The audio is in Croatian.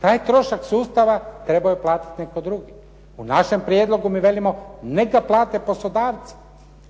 Taj trošak sustava trebao je platiti netko drugi. U našem prijedlogu mi kažemo neka plate poslodavci